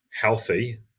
healthy